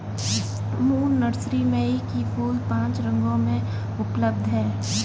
moon nursery में एक ही फूल पांच रंगों में उपलब्ध है